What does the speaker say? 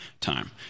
time